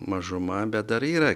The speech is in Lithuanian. mažuma bet dar yra